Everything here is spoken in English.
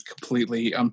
completely